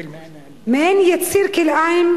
מעין יציר כלאיים,